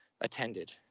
attended